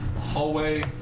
hallway